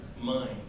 mind